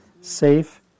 safe